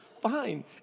fine